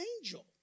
angel